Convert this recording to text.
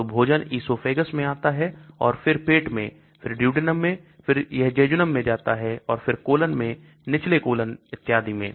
तो भोजन esophagus मैं आता है फिर पेट में फिर duodenum मैं फिर यह jejunum मैं आता है और फिर colon में निचले colon इत्यादि में